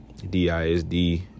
DISD